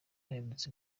aturutse